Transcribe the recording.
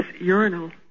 urinal